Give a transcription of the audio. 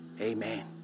Amen